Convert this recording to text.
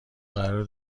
قراره